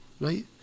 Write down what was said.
right